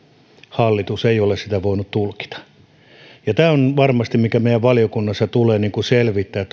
hallitus ei ole sitä voinut tulkita ja tätä meidän varmasti valiokunnassa tulee selvittää